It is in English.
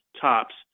tops